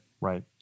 Right